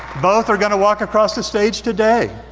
both are gonna walk across the stage today.